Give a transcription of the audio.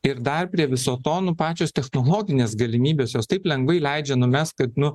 ir dar prie viso to nu pačios technologinės galimybės jos taip lengvai leidžia numest kad nu